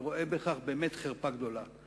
ואני רואה בכך באמת חרפה גדולה.